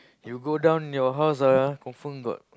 you go down your house ah confirm got